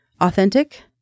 authentic